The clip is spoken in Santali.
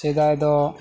ᱥᱮᱫᱟᱭ ᱫᱚ